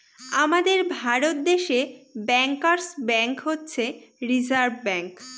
আমাদের ভারত দেশে bankers bank হচ্ছে রিসার্ভ ব্যাঙ্ক